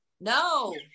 No